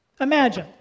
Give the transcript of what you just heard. Imagine